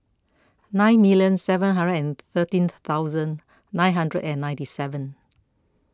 nine million seven hundred and thirteen thousand nine hundred and ninety seven